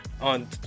on